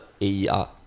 AER